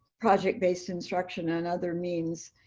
project-based instruction and other means.